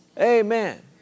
Amen